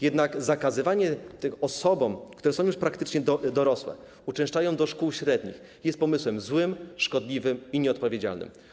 Jednak zakazywanie tym osobom, które są już praktycznie dorosłe i uczęszczają do szkół średnich, jest pomysłem złym, szkodliwym i nieodpowiedzialnym.